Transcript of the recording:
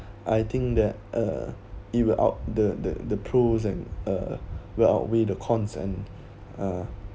I think that uh it will out~ the the the pros and uh will outweigh the cons and uh